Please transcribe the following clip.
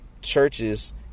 churches